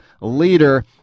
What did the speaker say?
leader